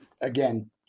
again